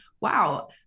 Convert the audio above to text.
wow